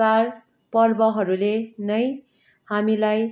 चाड पर्वहरूले नै हामीलाई